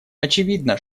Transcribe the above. очевидно